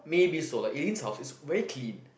maybe so like Eileen's house is very clean